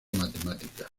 matemática